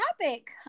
topic